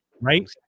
Right